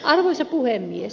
arvoisa puhemies